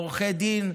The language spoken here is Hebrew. עורכי דין,